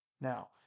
Now